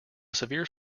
severe